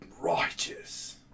Righteous